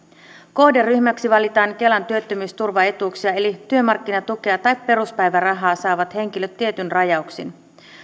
kohderyhmäksi valitaan kelan työttömyysturva etuuksia eli työmarkkinatukea tai peruspäivärahaa saavat henkilöt tietyin rajauksin